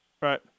Right